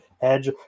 edge